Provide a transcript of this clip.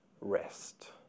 rest